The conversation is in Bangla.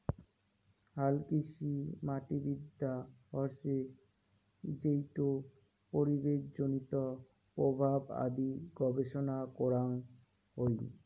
হালকৃষিমাটিবিদ্যা হসে যেইটো পরিবেশজনিত প্রভাব আদি গবেষণা করাং হই